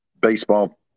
baseball